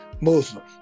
Muslim